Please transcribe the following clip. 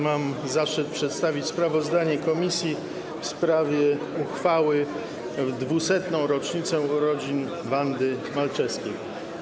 Mam zaszczyt przedstawić sprawozdanie komisji w sprawie uchwały w 200. rocznicę urodzin Wandy Malczewskiej.